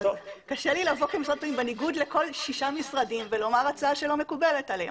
קשה לי לבוא ובניגוד לשישה משרדים לומר הצעה שלא מקובלת עליהם.